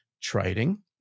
trading